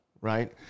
right